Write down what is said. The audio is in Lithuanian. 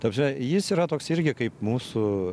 ta prasme jis yra toks irgi kaip mūsų